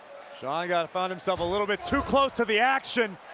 shawn and found himself a little bit too close to the action.